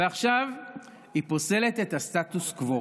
ועכשיו היא פוסלת את הסטטוס קוו.